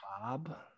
bob